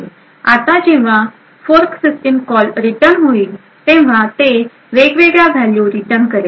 आता जेव्हा fork system call return होईल तेव्हा ते वेगवेगळ्या व्हॅल्यू रिटर्न करेल